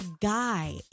guy